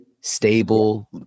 stable